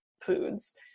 foods